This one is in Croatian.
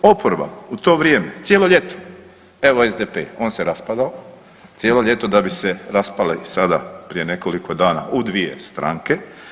Oporba u to vrijeme cijelo ljeto evo SDP on se raspadao, cijelo ljeto da bi se raspale i sada prije nekoliko dana u dvije stranke.